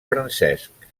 francesc